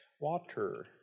Water